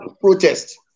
protest